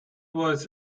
was